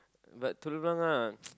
but Telok-Blangah